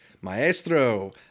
Maestro